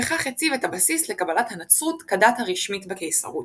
וכך הציב את הבסיס לקבלת הנצרות כדת הרשמית בקיסרות.